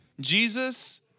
Jesus